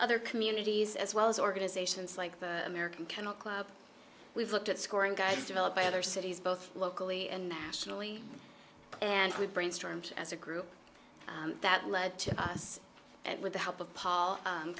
other communities as well as organizations like the american kennel club we've looked at scoring guides developed by other cities both locally and nationally and we brainstormed as a group that led to us and with the help of paul